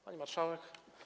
Pani Marszałek!